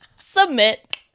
submit